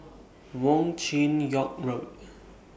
Wong Chin Yoke Road